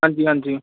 ਹਾਂਜੀ ਹਾਂਜੀ